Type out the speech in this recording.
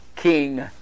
king